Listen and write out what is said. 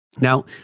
Now